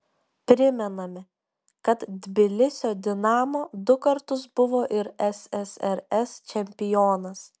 primename kad tbilisio dinamo du kartus buvo ir ssrs čempionas